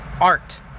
art